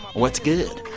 what's good.